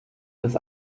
bis